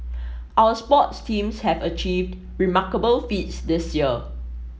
our sports teams have achieved remarkable feats this year